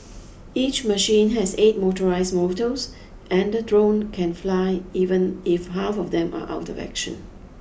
each machine has eight motorised motors and the drone can fly even if half of them are out of action